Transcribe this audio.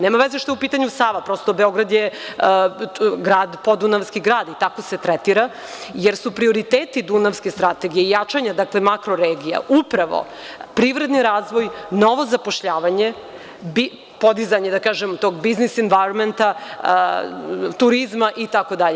Nema veze što je u pitanju Sava, Beograd je grad, podunavski grad, tako se tretira, jer su prioriteti Dunavske strategije i jačanja makroregija upravo privredni razvoj, novozapošljavanje, podizanje tog biznis invarmenta, turizma itd.